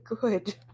good